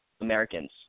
Americans